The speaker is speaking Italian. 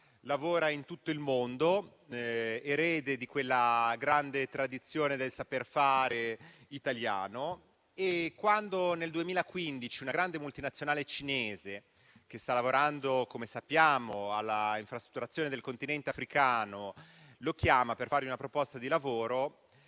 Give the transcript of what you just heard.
Lavora in tutto il mondo, erede di quella grande tradizione del saper fare italiano, e quando nel 2015 una grande multinazionale cinese, che sta lavorando - come sappiamo - all'infrastrutturazione del Continente africano, lo chiama per fargli una proposta di lavoro,